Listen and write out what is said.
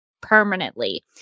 permanently